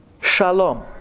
shalom